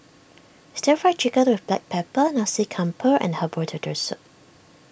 Stir Fried Chicken with Black Pepper Nasi Campur and Herbal Turtle Soup